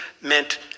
meant